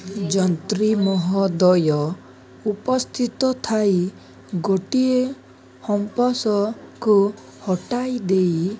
ଯନ୍ତ୍ରି ମହୋଦୟ ଉପସ୍ଥିତ ଥାଇ ଗୋଟିଏ ହମ୍ପସକୁ ହଟାଇ ଦେଇ